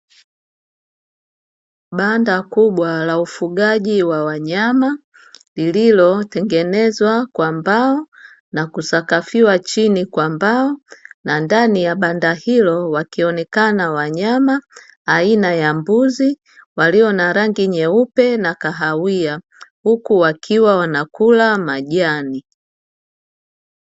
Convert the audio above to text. Bada kubwa la ufugaji wa wanyama lililotengenezwa kwa mbao, na kusakafiwa chini kwa mbao, na ndani ya banda hilo wakionekana wanyama aina ya mbuzi walio na rangi nyeupe na kahawia, huku wakiwa wanakula majani.